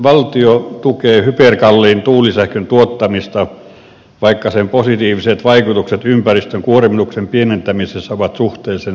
valtio tukee hyperkalliin tuulisähkön tuottamista vaikka sen positiiviset vaikutukset ympäristön kuormituksen pienentämisessä ovat suhteellisen vähäiset